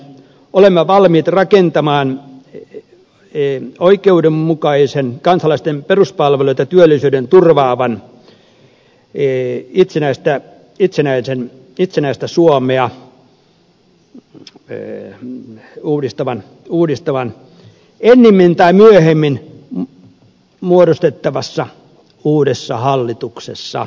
olemme valmiit rakentamaan oikeudenmukaiset kansalaisten peruspalvelut ja työllisyyden turvaavan itsenäisen uudistuvan suomen ennemmin tai myöhemmin muodostettavassa uudessa hallituksessa